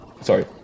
Sorry